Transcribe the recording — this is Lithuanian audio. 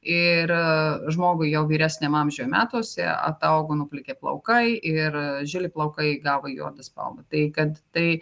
ir žmogui jau vyresniam amžiuje metuose ataugo nuplikę plaukai ir žili plaukai įgavo į juodą spalvą tai kad tai